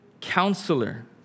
Counselor